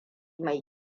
mai